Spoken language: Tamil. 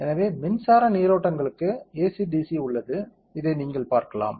எனவே மின்சார நீரோட்டங்களுக்கு AC DC உள்ளது இதை நீங்கள் பார்க்கலாம்